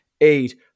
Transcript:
eight